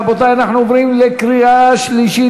רבותי, אנחנו עוברים לקריאה שלישית.